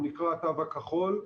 הוא נקרא התו הכחול,